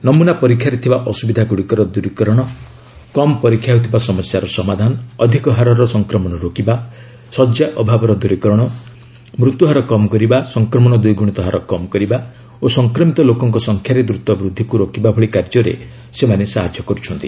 ନମୁନା ପରୀକ୍ଷାରେ ଥିବା ଅସୁବିଧାଗୁଡ଼ିକର ଦୂରିକରଣ କମ୍ ପରୀକ୍ଷା ହେଉଥିବା ସମସ୍ୟାର ସମାଧାନ ଅଧିକହାରର ସଂକ୍ରମଣ ରୋକିବା ଶଯ୍ୟା ଅଭାବର ଦୂରିକରଣ ମୃତ୍ୟୁହାର କମ୍ କରିବା ସଂକ୍ରମଣ ଦ୍ୱିଗୁଣିତ ହାର କମ୍ କରିବା ଓ ସଂକ୍ରମିତ ଲୋକଙ୍କ ସଂଖ୍ୟାରେ ଦ୍ରୁତ ବୃଦ୍ଧିକୁ ରୋକିବା ଭଳି କାର୍ଯ୍ୟରେ ସେମାନେ ସହାୟତା କରୁଛନ୍ତି